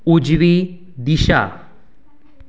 उजवी दिशा